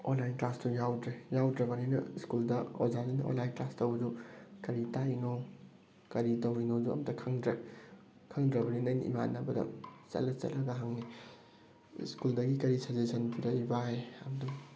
online ꯀ꯭ꯂꯥꯁꯇꯣ ꯌꯥꯎꯗ꯭ꯔꯦ ꯌꯥꯎꯗ꯭ꯔꯕꯅꯤꯅ ꯁ꯭ꯀꯨꯜꯗ ꯑꯣꯖꯥꯈꯩꯅ ꯑꯣꯟꯂꯥꯏꯟ ꯀ꯭ꯂꯥꯁ ꯇꯧꯕꯗꯣ ꯀꯔꯤ ꯇꯥꯛꯏꯅꯣ ꯀꯔꯤ ꯇꯧꯔꯤꯅꯣꯗꯣ ꯑꯃꯇ ꯈꯪꯗ꯭ꯔꯦ ꯈꯪꯗ꯭ꯔꯕꯅꯤꯅ ꯑꯩꯅ ꯏꯃꯥꯟꯅꯕꯗ ꯆꯠꯂ ꯆꯠꯂꯒ ꯍꯪꯉꯦ ꯁ꯭ꯀꯨꯜꯗꯒꯤ ꯀꯔꯤ ꯁꯖꯦꯁꯟ ꯄꯤꯔꯛ ꯕꯥꯏ